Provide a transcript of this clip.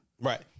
Right